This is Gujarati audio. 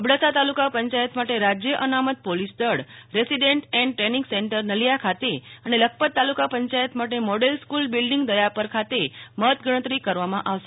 અબડાસા તાલુકા પંચાયત માટે રાજય અનામત પોલીસદળ resident and training centre Naliya ખાતે અને લખપત તાલુકા પંચાયત માટે મોડલ સ્કુલ બિલ્ડીંગ દયાપર ખાતે મતગણતરી કરવામાં આવશે